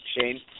Shane